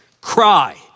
cry